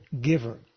giver